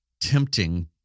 tempting